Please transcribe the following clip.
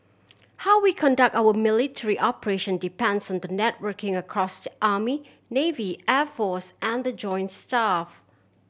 how we conduct our military operation depends on the networking across the army navy air force and the joint staff